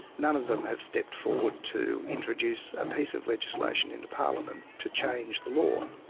none of them have stepped forward to introduce a piece of legislation into parliament to change the law.